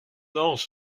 ange